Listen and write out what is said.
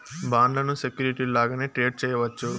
బాండ్లను సెక్యూరిటీలు లాగానే ట్రేడ్ చేయవచ్చు